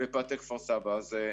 תודה.